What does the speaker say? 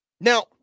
Now